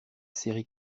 série